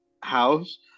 house